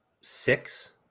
Six